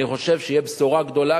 אני חושב שתהיה בשורה גדולה,